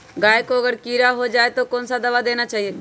गाय को अगर कीड़ा हो जाय तो कौन सा दवा देना चाहिए?